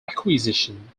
acquisition